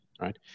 right